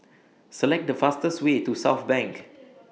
Select The fastest Way to Southbank